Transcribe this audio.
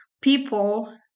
people